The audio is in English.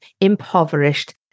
impoverished